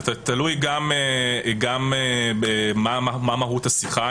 זה תלוי גם במהות השיחה,